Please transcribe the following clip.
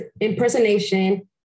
impersonation